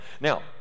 now